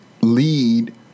lead